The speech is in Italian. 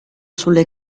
sulle